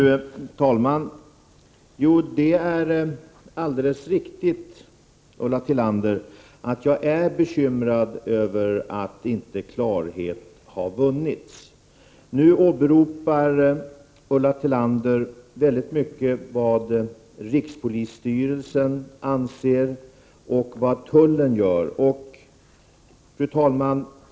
Fru talman! Det är alldeles riktigt, Ulla Tillander, att jag är bekymrad över att klarhet inte har vunnits. Ulla Tillander åberopade vad rikspolisstyrelsen anser och vad tullen gör.